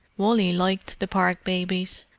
wally liked the park babies.